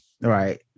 Right